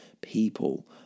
people